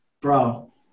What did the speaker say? bro